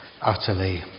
utterly